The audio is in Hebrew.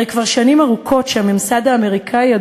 הרי כבר שנים ארוכות הממסד האמריקני,